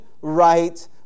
right